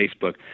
Facebook